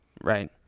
Right